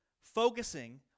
focusing